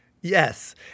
Yes